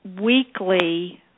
weekly